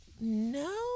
no